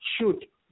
shoot